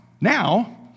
Now